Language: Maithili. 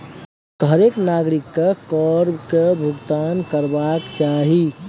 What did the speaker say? देशक हरेक नागरिककेँ कर केर भूगतान करबाक चाही